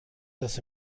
dass